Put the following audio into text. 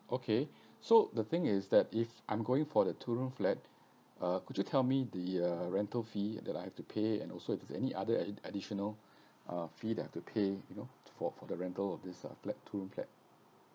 okay so the thing is that if I'm going for the two room flat uh could you tell me the uh rental fee that I have to pay and also if there's any other ad~ additional uh fee that I have to pay you know for for the rental of this uh flat two room flat